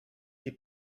die